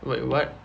wait what